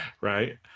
right